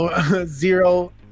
zero